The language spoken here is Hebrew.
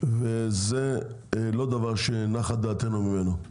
וזה לא דבר שנחה דעתנו ממנו.